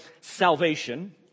salvation